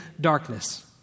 darkness